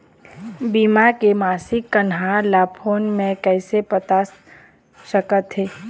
बीमा के मासिक कन्हार ला फ़ोन मे कइसे पता सकत ह?